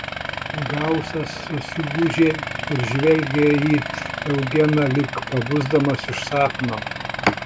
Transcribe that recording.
gausas susigūžė ir žvelgė į eugeną lyg pabusdamas iš sapno